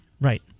Right